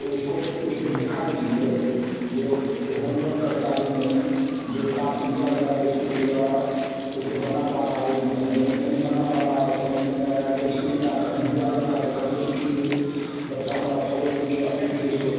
तो उसको उसको देखा कीजिए जो होमवर्क करता है कि नहीं जो टास्क दिया गया है इस्कूल के द्वारा उसको बना पा रहा है कि नहीं यदि नहीं बन पा रहा है समझ में नहीं आया तो इस्कूल में आ कर विद्यालय में आ कर कंप्लेंट कीजिए बच्चा हमारा फॉलो नहीं किया फिर से इसको